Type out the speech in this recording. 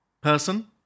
Person